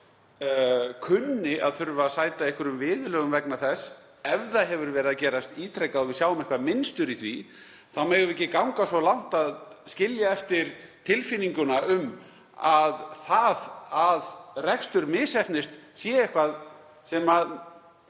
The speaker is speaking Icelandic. kunni að þurfa að sæta einhverjum viðurlögum vegna þess, ef það hefur verið að gerast ítrekað og við sjáum eitthvert mynstur í því, þá megum við ekki ganga svo langt að skilja eftir tilfinninguna um að það að rekstur misheppnist sé eitthvað sem